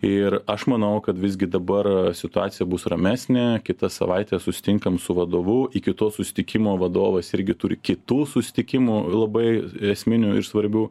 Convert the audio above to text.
ir aš manau kad visgi dabar situacija bus ramesnė kitą savaitę susitinkam su vadovu iki to susitikimo vadovas irgi turi kitų susitikimų labai esminių ir svarbių